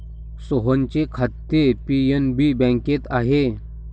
सोहनचे खाते पी.एन.बी बँकेत आहे